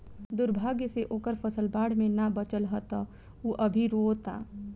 दुर्भाग्य से ओकर फसल बाढ़ में ना बाचल ह त उ अभी रोओता